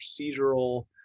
procedural